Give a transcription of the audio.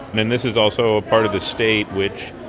and this is also a part of the state which,